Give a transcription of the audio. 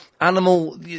animal